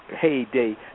heyday